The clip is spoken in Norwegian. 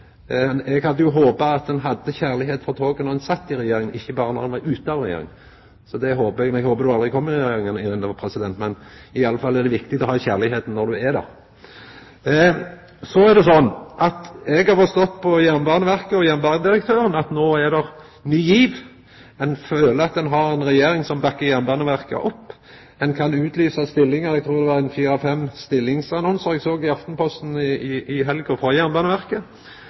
Eg hadde jo håpa at ein hadde kjærleik for toget då ein sat i regjering, ikkje berre når ein var ute av regjering. Eg håpar ho aldri kjem i regjering igjen, men det er i alle fall viktig å ha kjærleiken når ein er der. Eg har forstått på Jernbaneverket og jernbanedirektøren at det no er ny giv. Ein føler at ein har ei regjering som bakkar opp Jernbaneverket. Ein lyser ut stillingar – eg trur det var fire–fem stillingsannonsar frå Jernbaneverket eg såg i Aftenposten i